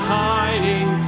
hiding